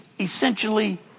essentially